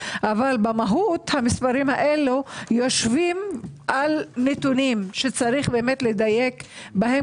אבל במהות המספרים האלו יושבים על נתונים שצריך באמת לדייק בהם